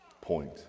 point